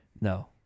No